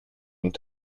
und